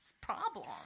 problem